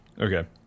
Okay